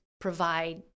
provide